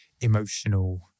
emotional